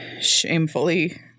Shamefully